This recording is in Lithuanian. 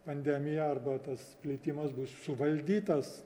pandemija arba tas plitimas bus suvaldytas